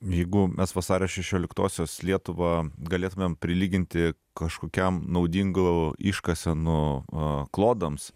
jeigu mes vasario šešioliktosios lietuvą galėtumėm prilyginti kažkokiem naudingų iškasenų klodams